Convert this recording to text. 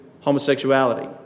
homosexuality